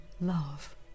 love